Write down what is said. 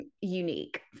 unique